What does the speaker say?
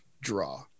draw